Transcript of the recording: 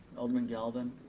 alderman galvin,